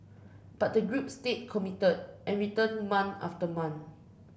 but the group stayed committed and returned month after month